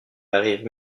arrive